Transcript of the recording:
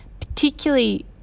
particularly